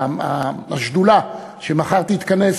שהשדולה שמחר תתכנס,